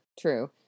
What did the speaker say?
true